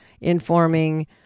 informing